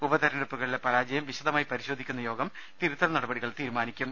ഉപതെരഞ്ഞെടുപ്പുകളിലെ പരാ ജയം വിശദമായി പരിശോധിക്കുന്ന യോഗം തിരുത്തൽ നടപടി കൾ തീരുമാനിക്കും